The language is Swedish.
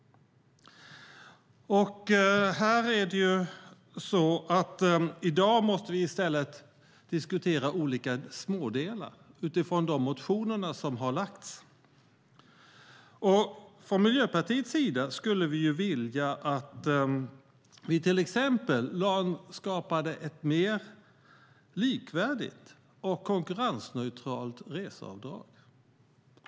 I dag måste vi i stället diskutera olika smådelar utifrån de motioner som har lagts fram. Från Miljöpartiets sida skulle vi vilja att vi till exempel skapade ett mer likvärdigt och konkurrensneutralt reseavdrag.